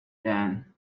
then